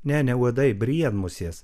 ne ne uodai briedmusės